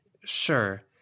sure